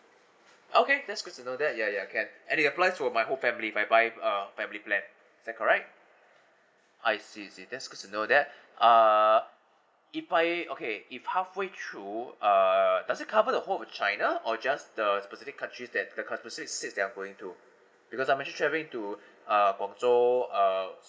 okay that's good to know that ya ya can and it apply for my whole family if I buy a family plan is that correct I see I see that's good to know that uh if I okay if halfway through err does it cover the whole of the china or just the specific country that that are going to because I'm actually traveling to uh guangzhou uh